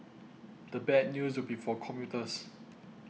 the bad news be for commuters